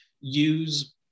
use